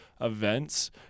events